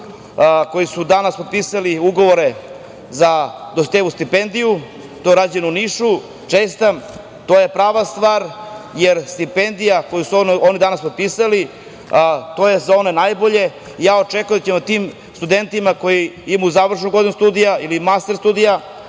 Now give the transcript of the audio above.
koji su danas potpisali ugovore za Dositejevu stipendiju. To je rađeno u Nišu, čestitam. To je prava stvar, jer stipendija koju su oni danas potpisali je za one najbolje. Očekujem da ćemo tim studentima koji imaju završnu godinu studija ili master studija,